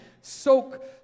soak